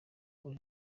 uri